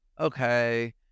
okay